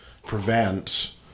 Prevent